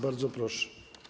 Bardzo proszę.